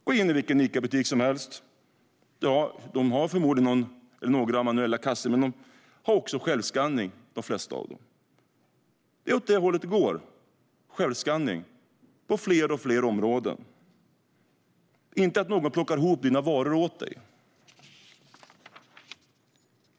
Gå in i vilken Icabutik som helst, och de har förmodligen några manuella kassor, men de flesta av dem har också självskanning. Det är åt det hållet det går, mot självskanning, inte att någon plockar ihop dina varor åt dig.